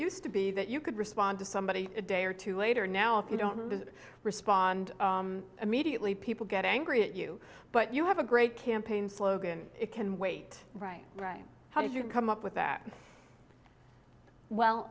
used to be that you could respond to somebody a day or two later now if you don't respond immediately people get angry at you but you have a great campaign slogan it can wait right right how did you come up with that well